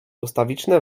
ustawiczne